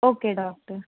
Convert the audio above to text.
okay doctor